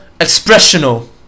expressional